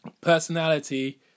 personality